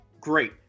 great